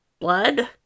blood